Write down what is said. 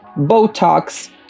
Botox